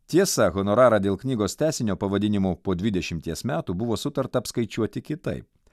tiesa honorarą dėl knygos tęsinio pavadinimu po dvidešimties metų buvo sutarta apskaičiuoti kitaip